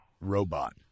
robot